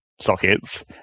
sockets